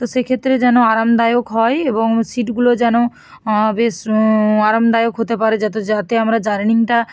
তো সেক্ষেত্রে যেন আরামদায়ক হয় এবং সিটগুলো যেন বেশ আরামদায়ক হতে পারে যাতে যাতে আমরা জার্নিটা